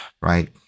right